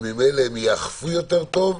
וממילא הם ייאכפו יותר טוב.